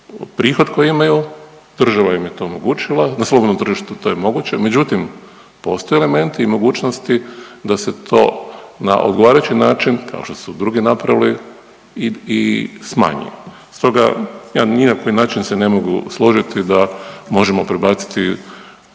prihod koji imaju. Država im je to omogućila. Na slobodnom tržištu to je moguće, međutim postoje elementi i mogućnosti da se to na odgovarajući način kao što su drugi napravili i smanjuje. Stoga ja ni na koji način se ne mogu složiti da možemo predbaciti